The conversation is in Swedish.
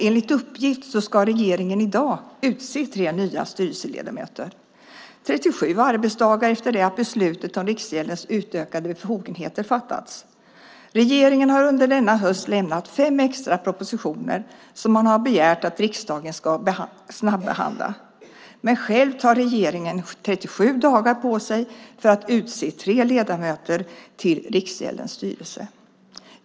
Enligt uppgift ska regeringen i dag utse tre nya styrelseledamöter, 37 arbetsdagar efter det att beslutet om Riksgäldens utökade befogenheter fattats. Regeringen har under denna höst lämnat fem extra propositioner som man har begärt att riksdagen ska snabbehandla, men själv tar regeringen 37 dagar på sig att för att utse tre ledamöter till Riksgäldens styrelse!